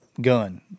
gun